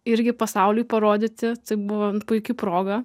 irgi pasauliui parodyti tai buvo puiki proga